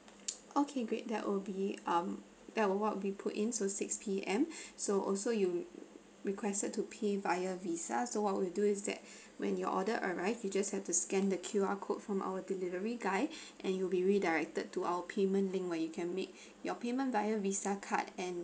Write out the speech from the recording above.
okay great that would be um that would what we'll put in so six P_M so also you requested to pay via VISA so what would you do is that when your order arrived you just have to scan the Q_R code from our delivery guy and you will be redirected to our payment link where you can make your payment via visa card and